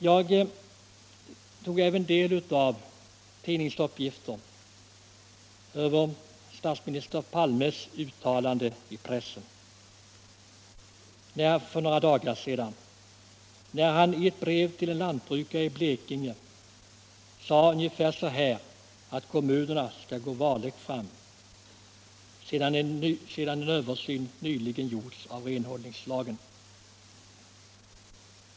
Jag har även tagit del av tidningsuppgifter om statsminister Palmes uttalande i pressen för några dagar sedan, där han i ett brev till en lantbrukare i Blekinge sade att kommunerna bör gå varligt fram sedan en översyn nyligen gjorts av renhållningslagen.